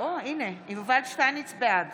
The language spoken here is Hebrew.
בעד